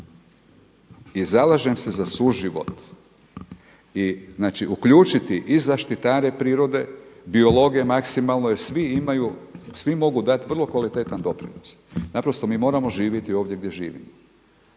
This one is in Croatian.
I zalažem se za suživot. I znači uključiti i zaštitare prirode, biologe maksimalno jer svi imaju, svi mogu dati vrlo kvalitetan doprinos. Naprosto mi moramo živjeti ovdje gdje živimo.